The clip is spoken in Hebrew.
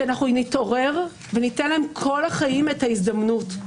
שאנחנו נתעורר וניתן להם כל החיים את ההזדמנות.